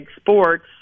sports